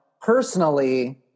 personally